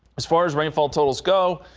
as far as rainfall totals go.